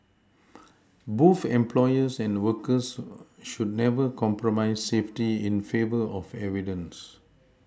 both employers and workers should never compromise safety in favour of evidence